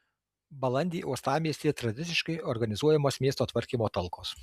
balandį uostamiestyje tradiciškai organizuojamos miesto tvarkymo talkos